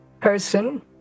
person